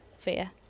fear